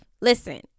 Listen